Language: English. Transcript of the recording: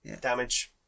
Damage